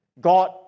God